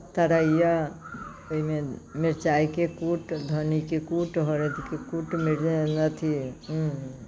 तरैए ओहिमे मिर्चाइके कूट धन्नीके कूट हरदिके कूट अथि से